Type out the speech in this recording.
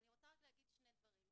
אני רוצה רק להגיד שני דברים.